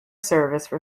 service